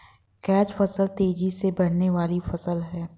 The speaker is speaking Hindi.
कैच फसल तेजी से बढ़ने वाली फसल है